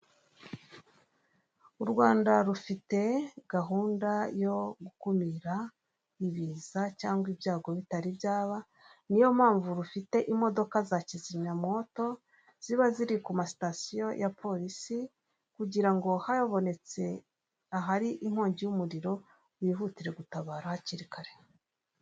U Rwanda rufite gahunda yo gukumira ibiza cyangwa ibyago bitari byaba niyo mpamvu rufite imodoka za kizimyamoto ziba ziri ku masitasiyo ya polisi kugira ngo ahabonetse ahari inkongi y'umuriro bihutire gutabara hakiri kare.